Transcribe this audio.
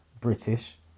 British